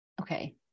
okay